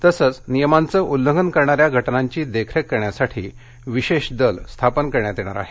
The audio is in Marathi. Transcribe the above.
तसंघ नियमांचं उल्लंघन करणाऱ्या घटनांची देखरेख करण्यासाठी विशेष दल स्थापन करण्यात येणार आहेत